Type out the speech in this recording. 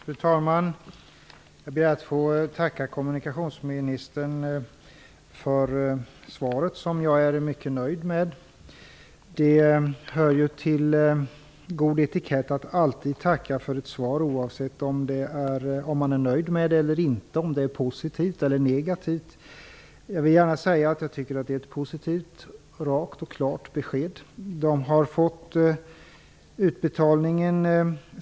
Fru talman! Jag ber att få tacka kommunikationsministern för svaret. Jag är mycket nöjd med det. Det hör ju till god etikett att alltid tacka för ett svar oavsett om man är nöjd med det eller inte och oavsett om det är positivt eller negativt. Jag tycker att det här är ett positivt, rakt och klart besked.